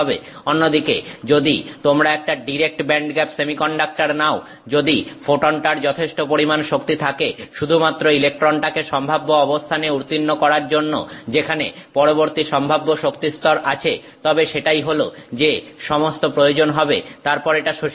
অন্যদিকে যদি তোমরা একটা ডিরেক্ট ব্যান্ডগ্যাপ সেমিকন্ডাক্টর নাও যদি ফোটনটার যথেষ্ট পরিমান শক্তি থাকে শুধুমাত্র ইলেকট্রনটাকে সম্ভাব্য অবস্থানে উত্তীর্ণ করার জন্য যেখানে পরবর্তী সম্ভাব্য শক্তিস্তর আছে তবে সেটাই হল যে সমস্ত প্রয়োজন হবে তারপর এটা শোষিত হবে